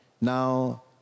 Now